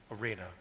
arena